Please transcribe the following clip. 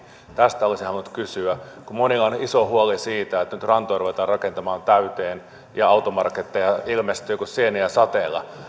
tästä olisin halunnut kysyä kun monilla on iso huoli siitä että nyt rantoja ruvetaan rakentamaan täyteen ja automarketteja ilmestyy kuin sieniä sateella